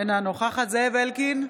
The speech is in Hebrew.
אינה נוכחת זאב אלקין,